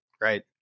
Right